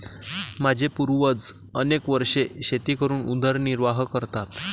माझे पूर्वज अनेक वर्षे शेती करून उदरनिर्वाह करतात